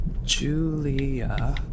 Julia